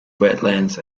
wetlands